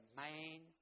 main